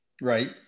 Right